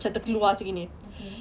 okay okay